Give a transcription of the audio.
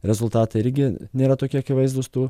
rezultatai irgi nėra tokie akivaizdūs tų